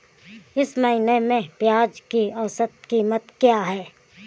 इस महीने में प्याज की औसत कीमत क्या है?